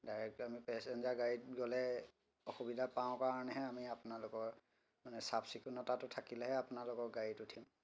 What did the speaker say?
ডাইৰেক্টকে আমি পেছেঞ্জাৰ গাড়ীত গ'লে অসুবিধা পাও কাৰণেহে আমি আপোনালোকৰ মানে চাফ চিকুণতাটো থাকিলেহে আপোনালোকৰ গাড়ীত উঠিম